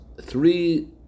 three